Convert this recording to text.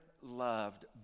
loved